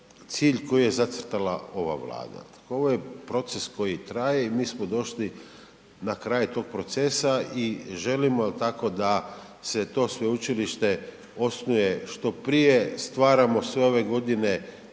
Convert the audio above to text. koji je zacrtala ova Vlada, ovo je proces koji traje i mi smo došli na kraj tog procesa i želimo jel' tako, da se to sveučilište osnuje što prije, stvaramo sve ove godine